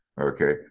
Okay